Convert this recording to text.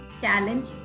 challenge